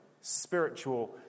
spiritual